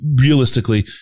realistically